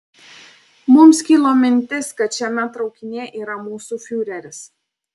mums kilo mintis kad šiame traukinyje yra mūsų fiureris